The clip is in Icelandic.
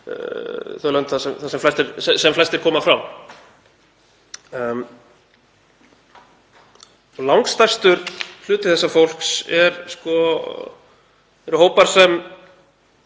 þau lönd sem flestir koma frá. Langstærstur hluti þessa fólks eru hópar sem